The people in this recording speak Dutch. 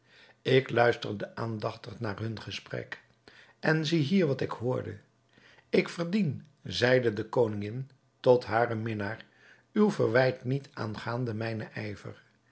ik luisterde aandachtig naar hun gesprek en zie hier wat ik hoorde ik verdien zeide de koningin tot haren minnaar uw verwijt niet aangaande mijnen